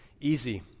easy